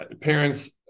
parents